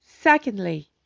Secondly